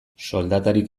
soldatarik